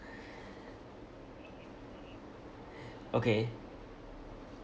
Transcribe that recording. okay